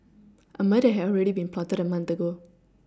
a murder had already been plotted a month ago